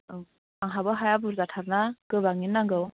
औ आंहाबो हाया बुरजाथार ना गोबाङैनो नांगौ